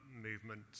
movement